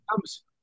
comes